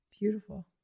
Beautiful